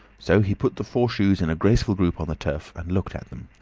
so he put the four shoes in a graceful group on the turf and looked at them.